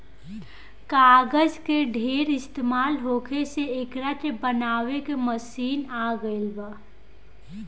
कागज के ढेर इस्तमाल होखे से एकरा के बनावे के मशीन आ गइल बा